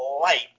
light